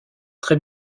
très